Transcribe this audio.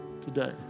today